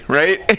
right